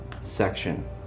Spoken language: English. section